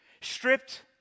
Stripped